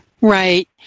Right